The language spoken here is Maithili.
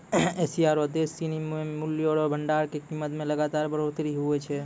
एशिया रो देश सिनी मे मूल्य रो भंडार के कीमत मे लगातार बढ़ोतरी हुवै छै